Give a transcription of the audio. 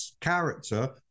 character